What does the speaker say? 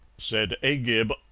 said agib,